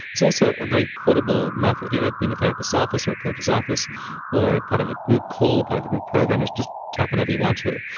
there's also a very portable method, you know in a therapist's office or a coach's office or part of a group call, a part of a group program, is just tap whenever you want to.